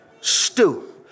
stew